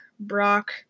Brock